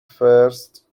first